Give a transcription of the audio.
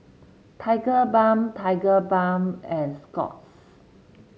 Tigerbalm Tigerbalm and Scott's